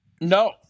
No